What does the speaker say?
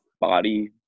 body